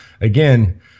again